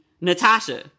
Natasha